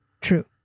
True